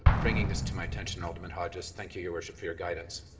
bringing this to my attention, alderman hodges. thank you, your worship, for your guidance.